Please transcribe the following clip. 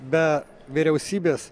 be vyriausybės